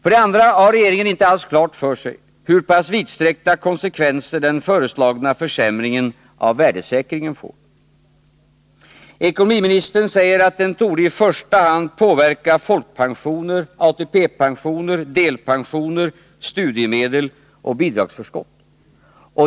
För det andra har regeringen inte alls klart för sig hur pass vidsträckta konsekvenser den föreslagna försämringen av värdesäkringen får. Ekonomiministern säger att den i första hand torde påverka folkpensioner, ATP-pensioner, delpensioner, studiemedel och bidragsförskott.